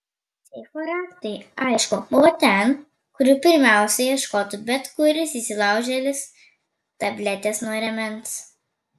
seifo raktai aišku buvo ten kur jų pirmiausia ieškotų bet kuris įsilaužėlis tabletės nuo rėmens